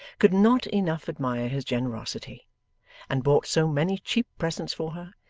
could not enough admire his generosity and bought so many cheap presents for her,